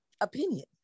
opinion